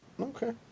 Okay